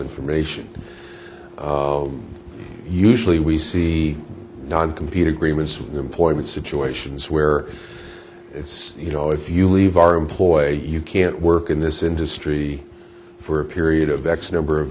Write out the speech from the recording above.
information usually we see non computer agreements with employment situations where it's you know if you leave our employee you can't work in this industry for a period of x number of